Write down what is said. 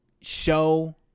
show